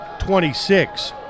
26